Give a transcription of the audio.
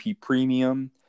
Premium